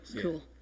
Cool